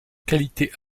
qualité